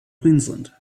queensland